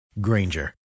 Granger